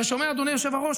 אתה שומע, אדוני היושב-ראש,